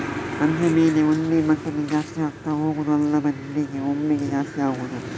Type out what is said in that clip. ಅಂದ್ರೆ ಬೆಲೆ ಒಂದೇ ಮಟ್ಟದಲ್ಲಿ ಜಾಸ್ತಿ ಆಗ್ತಾ ಹೋಗುದು ಅಲ್ಲ ಬದ್ಲಿಗೆ ಒಮ್ಮೆಗೇ ಜಾಸ್ತಿ ಆಗುದು